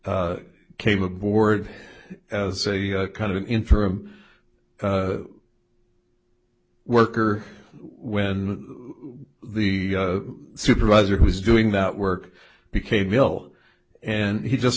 came aboard as a kind of an interim worker when the supervisor who was doing that work became ill and he just